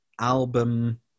album